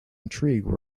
intrigue